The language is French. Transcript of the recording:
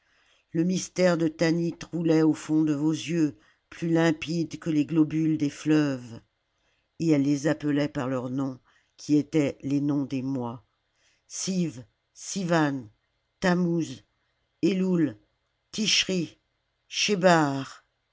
le mystère de tanlt roulait au fond de vos jeux plus limpides que les globules des fleuves et elle les appelait par leurs noms qui étaient les noms des mois slv sivan tammouz eioui tischrl schebar